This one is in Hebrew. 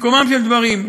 סיכומם של דברים,